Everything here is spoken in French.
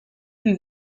fut